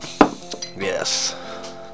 Yes